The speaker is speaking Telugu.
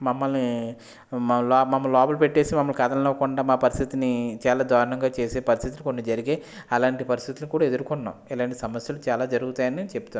మమ్మల్ని మమ్మల్ని లోపల పెట్టేసి మమ్మల్ని కదలనీకుండ మా పరిస్థితిని చాలా దారుణంగా చేసే పరిస్థితులు కొన్ని జరిగాయ్ అలాంటి పరిస్థితులు కూడా ఎదుర్కొన్నాం ఇలాంటి సమస్యలు చాలా జరుగుతాయని చెప్తున్నాం